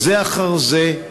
בזה אחר זה,